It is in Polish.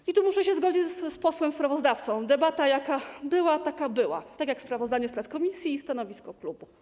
I tu muszę się zgodzić z posłem sprawozdawcą, debata była, jaka była, tak jak było sprawozdanie z prac komisji i stanowisko klubu.